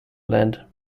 land